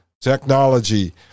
technology